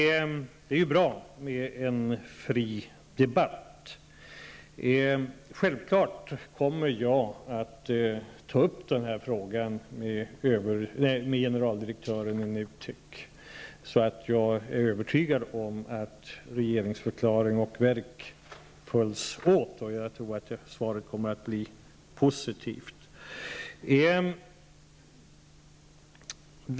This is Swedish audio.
Det är ju bra med en fri debatt. Jag kommer självfallet att ta upp den här frågan med generaldirektören i NUTEK så att jag kan vara övertygad om att regeringsförklaring och verk följs åt. Jag tror att svaret kommer att bli positivt.